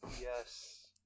Yes